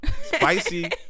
spicy